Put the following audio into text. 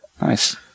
Nice